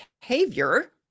behavior